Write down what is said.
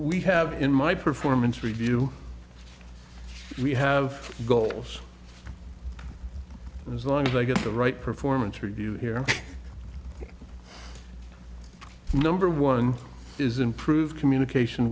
we have in my performance review we have goals as long as i get the right performance review here number one is improve communication